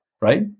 right